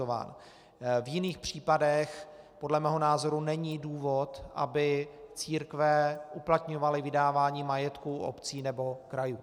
V jiných případech podle mého názoru není důvod, aby církve uplatňovaly vydávání majetku obcí nebo krajů.